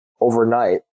overnight